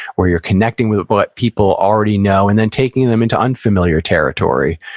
where you're connecting with what people already know. and then, taking them into unfamiliar territory,